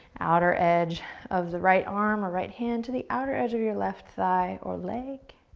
outer edge of the right arm or right hand to the outer edge of your left thigh or leg,